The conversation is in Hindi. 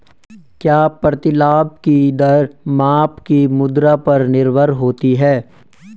क्या प्रतिलाभ की दर माप की मुद्रा पर निर्भर होती है?